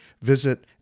Visit